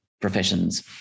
professions